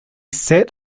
sat